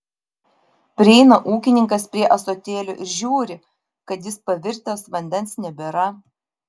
prieina ūkininkas prie ąsotėlio ir žiūri kad jis pavirtęs vandens nebėra